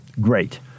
great